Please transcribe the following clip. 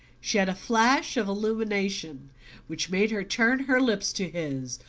she had a flash of illumination which made her turn her lips to his.